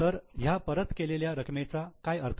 तर ह्या परत केलेल्या रकमेचा काय अर्थ